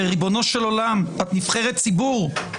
ריבונו של עולם, את נבחרת ציבור.